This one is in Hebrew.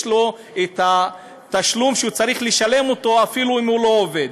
יש לו תשלום שהוא צריך לשלם אפילו אם הוא לא עובד.